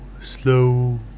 slow